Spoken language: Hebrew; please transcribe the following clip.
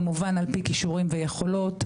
כמובן על פי כישורים ויכולות,